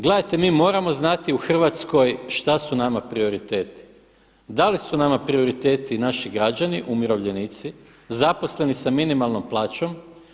Gledajte mi moramo znati u Hrvatskoj šta su nama prioriteti, da li su nama prioriteti naši građani, umirovljenici, zaposleni sa minimalnom plaćom.